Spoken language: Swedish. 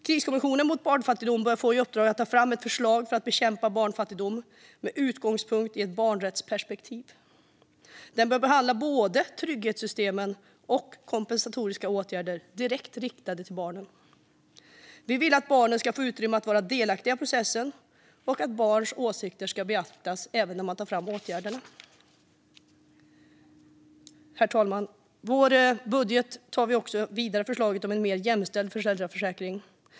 Kommissionen bör få i uppdrag att ta fram förslag för att bekämpa barnfattigdom med utgångspunkt i ett barnrättsperspektiv. Den bör behandla både trygghetssystemen och kompensatoriska åtgärder direkt riktade till barnen. Vi vill att barn ska få utrymme att vara delaktiga i processen och att barns åsikter ska beaktas även när man tar fram åtgärder. Herr talman! I vår budget tar vi också vidare förslaget om en mer jämställd föräldraförsäkring.